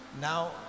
Now